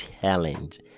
challenge